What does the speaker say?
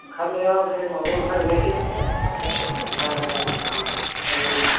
ओंखारनाया बे माबायाव ओंखारहैनोसै मा होनो ओरै